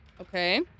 Okay